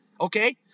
okay